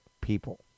people